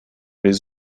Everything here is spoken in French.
les